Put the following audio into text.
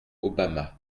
obama